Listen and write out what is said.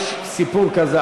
יש סיפור כזה,